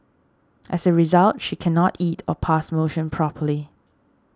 as a result she cannot eat or pass motion properly